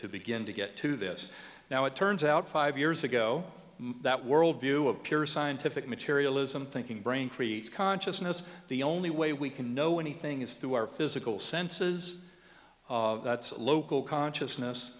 to begin to get to this now it turns out five years ago that worldview appears scientific materialism thinking brain creates consciousness the only way we can know anything is through our physical senses that's local consciousness